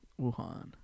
Wuhan